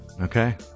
Okay